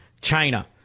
China